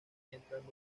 mientras